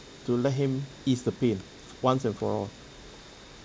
to let him ease the pain once and for all